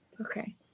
Okay